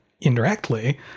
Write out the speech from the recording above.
indirectly